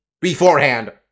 beforehand